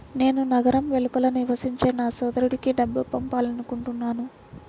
నేను నగరం వెలుపల నివసించే నా సోదరుడికి డబ్బు పంపాలనుకుంటున్నాను